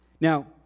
Now